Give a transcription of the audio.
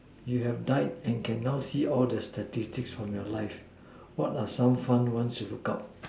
you have dead and now can see all the statistic in your life what are some of the fun one you look out